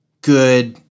good